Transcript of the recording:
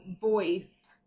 voice